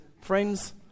friends